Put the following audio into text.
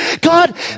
God